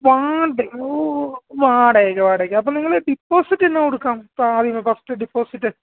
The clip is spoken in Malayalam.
വാടക ഓ വാടകയ്ക്ക് വാടകക്ക് അപ്പോൾ നിങ്ങൾ ഡിപ്പോസിറ്റെന്ന് കൊടുക്കും ആദ്യമേ ഫസ്റ്റ് ഡിപ്പോസിറ്റ്